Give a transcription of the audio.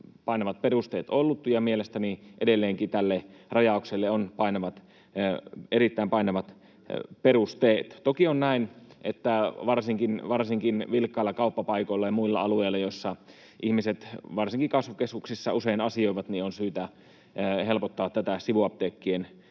painavat perusteet, ja mielestäni edelleenkin tälle rajaukselle on erittäin painavat perusteet. Toki on näin, että varsinkin vilkkailla kauppapaikoilla ja muilla alueilla, varsinkin kasvukeskuksissa, joissa ihmiset usein asioivat, on syytä helpottaa sivuapteekkien